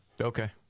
Okay